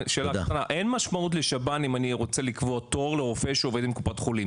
אין משמעות לשב"ן אם אני רוצה לקבוע תור לרפואה שעובד עם קופת חולים.